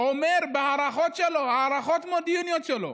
אומר בהערכות שלו, הערכות מודיעיניות שלו,